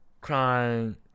Crying